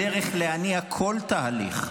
הדרך להניע כל תהליך,